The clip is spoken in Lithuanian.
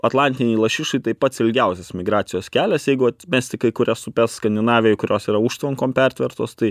atlantinei lašišai tai pats ilgiausias migracijos kelias jeigu atmesti kai kurias upes skandinavioj kurios yra užtvankom pertvertos tai